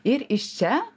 ir iš čia